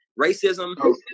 Racism